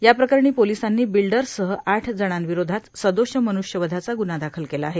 या प्रकरणी पोलिसांनी विल्डर्ससह आठ जणांविरोधात सदोष मनुष्यवधाचा गुन्हा दाखल केला आहे